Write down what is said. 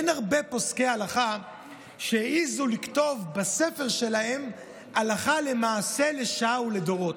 שאין הרבה פוסקי הלכה שהעזו לכתוב בספר שלהם הלכה למעשה לשעה ולדורות.